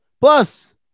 Plus